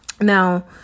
Now